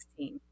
2016